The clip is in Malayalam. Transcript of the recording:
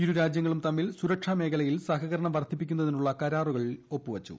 ഇരുരാജ്യങ്ങളും തമ്മിൽ സുരക്ഷാമേഖലയിൽ സഹകരണം വർദ്ധിപ്പിക്കുന്നതിനുള്ള കരാറിൽ ഒപ്പുവച്ചു